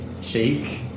Shake